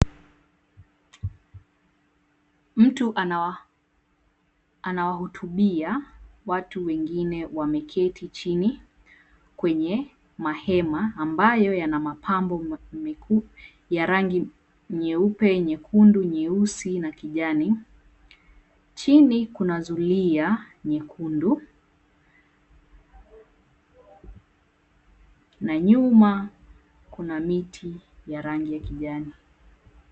Mtu anawahutubia watu wengine wameketi chini kwenye mahema ambayo yana mapambo ya rangi nyeupe, nyekundu, nyeusi na kijani. Chini kuna zulia nyekundu na nyuma kuna miti ya rangi ya kijani.